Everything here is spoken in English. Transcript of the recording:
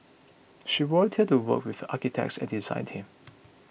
she volunteered to work with architect and design team